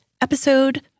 episode